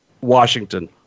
Washington